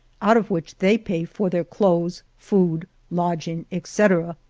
out of which they pay for their clothes, food, lodging, etc.